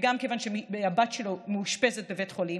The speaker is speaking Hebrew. וגם הבת שלו מאושפזת בבית החולים,